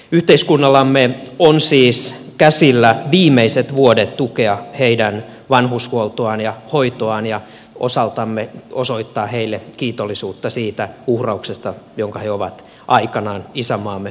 yhteiskunnallamme on siis käsillä viimeiset vuodet tukea heidän vanhushuoltoaan ja hoitoaan ja osaltamme osoittaa heille kiitollisuutta siitä uhrauksesta jonka he ovat aikanaan isänmaamme eteen tehneet